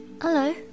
Hello